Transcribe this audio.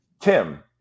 Tim